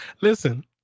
Listen